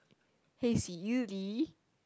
hey Siri